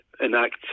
enact